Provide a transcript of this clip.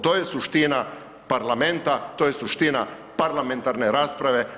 To je suština parlamenta, to je suština parlamentarne rasprave.